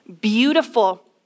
beautiful